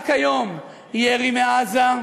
רק היום, ירי מעזה,